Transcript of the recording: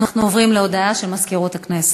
אנחנו עוברים להודעה של מזכירות הכנסת.